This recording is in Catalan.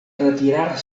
retirar